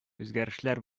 үзгәрешләр